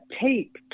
tape